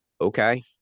okay